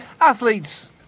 Athletes